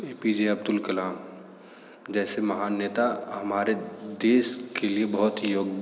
ए P J Abdul Kalam जैसे महान नेता हमारे देश के लिए बहुत ही